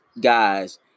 guys